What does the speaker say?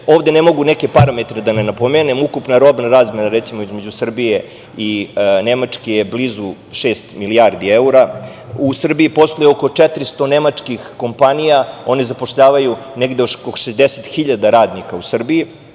ovde ne mogu neke parametre da ne napomenem. Ukupna robna razmena, recimo, između Srbije i Nemačke je blizu šest milijardi evra. U Srbiji posluje oko 400 nemačkih kompanija. One zapošljavaju negde oko 60.000 radnika u Srbiji.